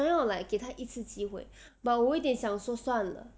我想要 like 给他一次机会 but 我有点想说算了